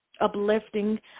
uplifting